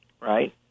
right